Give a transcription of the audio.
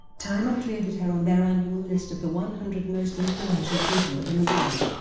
time included her on their annual list of the one hundred most influential people in the world.